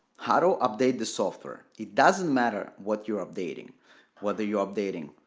how to update the software it doesn't matter what you're updating whether you're updating